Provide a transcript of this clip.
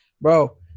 bro